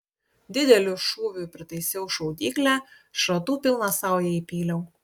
dideliu šūviu pritaisiau šaudyklę šratų pilną saują įpyliau